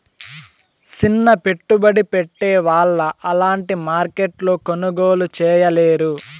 సిన్న పెట్టుబడి పెట్టే వాళ్ళు అలాంటి మార్కెట్లో కొనుగోలు చేయలేరు